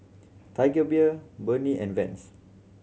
Tiger Beer Burnie and Vans